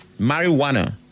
marijuana